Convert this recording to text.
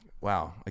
Wow